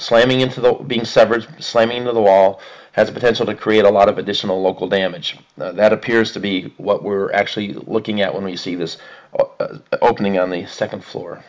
slamming into the being separate slamming of the wall has a potential to create a lot of additional local damage that appears to be what we're actually looking at when we see this opening on the second floor